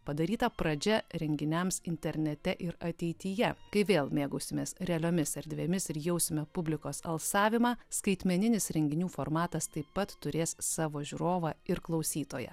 padaryta pradžia renginiams internete ir ateityje kai vėl mėgausimės realiomis erdvėmis ir jausime publikos alsavimą skaitmeninis renginių formatas taip pat turės savo žiūrovą ir klausytoją